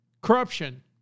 corruption